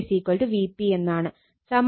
സമാനമായി Vbc Vp